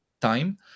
time